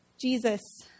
Jesus